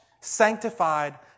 sanctified